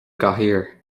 gcathaoir